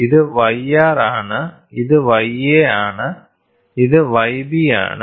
ഇത് yr ആണ് ഇത് ya ആണ് ഇത് yb ആണ്